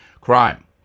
Crime